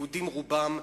יהודים רובם,